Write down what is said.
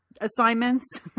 assignments